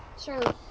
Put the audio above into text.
Sure